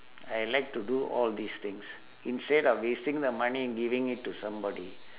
I like to do all these things instead of wasting the money and giving it to somebody